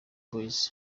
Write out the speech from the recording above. boyz